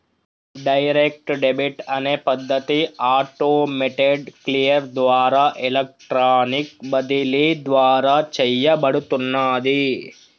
direct debit అనే పద్ధతి automated clear ద్వారా ఎలక్ట్రానిక్ బదిలీ ద్వారా చేయబడుతున్నాది